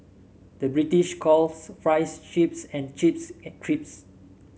the British calls fries chips and chips crisps